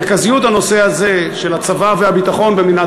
מרכזיות הנושא הזה של הצבא והביטחון במדינת